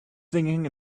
singing